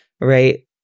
right